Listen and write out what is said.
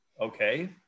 okay